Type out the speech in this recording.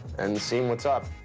and seeing what's up.